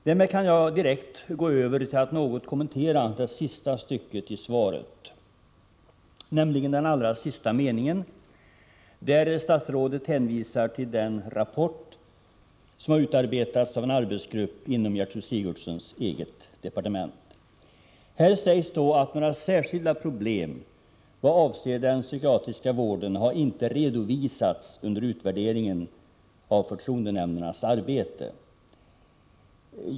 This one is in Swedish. Därmed kan jag direkt gå över till att något kommentera det sista stycket i svaret, där statsrådet hänvisar till den rapport som har utarbetats av en arbetsgrupp inom hennes eget departement. I den allra sista meningen i det stycket sägs att några särskilda problem vad avser den psykiatriska vården inte har redovisats under utvärderingen av förtroendenämndernas arbete.